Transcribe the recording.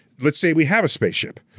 let's say we have a spaceship,